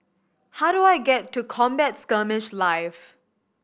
how do I get to Combat Skirmish Live